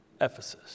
Ephesus